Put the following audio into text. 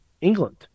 England